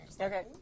Okay